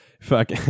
Fuck